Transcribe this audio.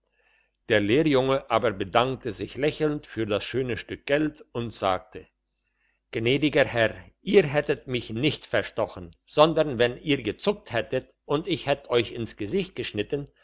der lehrjunge aber bedankte sich lächelnd für das schöne stück geld und sagte gnädiger herr ihr hättet mich nicht verstochen sondern wenn ihr gezuckt hättet und ich hätt euch ins gesicht geschnitten